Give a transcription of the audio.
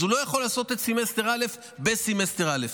אז הוא לא יכול לעשות את סמסטר א' בסמסטר א'.